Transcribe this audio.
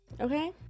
Okay